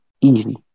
easy